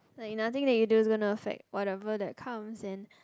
like nothing that you do is gonna affect whatever that comes in